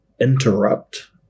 interrupt